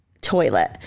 toilet